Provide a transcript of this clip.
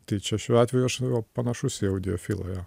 tai čia šiuo atveju aš panašus į audiofilą jo